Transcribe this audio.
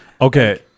Okay